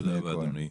תודה רבה, אדוני.